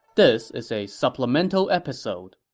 this is a supplemental episode